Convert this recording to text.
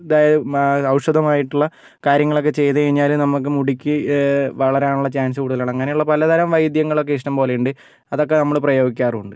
ഔഷധമായിട്ടുള്ള കാര്യങ്ങളൊക്കെ ചെയ്തു കഴിഞ്ഞാൽ നമുക്ക് മുടിക്ക് വളരാനുള്ള ചാൻസ് കൂടുതലാണ് അങ്ങനെയുള്ള പലതരം വൈദ്യങ്ങളൊക്കെ ഇഷ്ടം പോലെയുണ്ട് അതൊക്കെ നമ്മൾ പ്രയോഗിക്കാറുമുണ്ട്